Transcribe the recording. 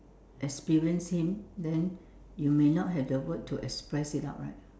experienced him then you may not have the word to express it out right